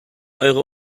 eure